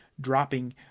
dropping